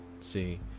See